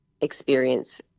experience